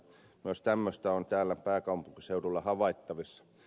myös tämmöistä on täällä pääkaupunkiseudulla havaittavissa